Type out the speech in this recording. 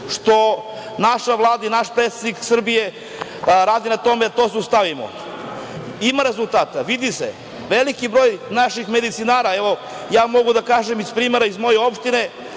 što naša Vlada i naš predsednik Srbije rade na tome da to zaustavimo. Ima rezultata, vidi se. Veliki broj naših medicinara, evo, mogu da kažem iz primera iz moje opštine